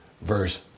verse